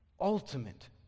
ultimate